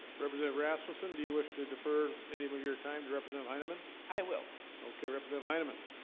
represent of rasmussen do you wish to defer any of of your time to represent heineman, i will okay represent heineman